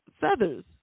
Feathers